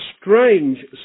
strange